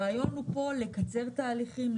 הרעיון פה הוא לקצר תהליכים,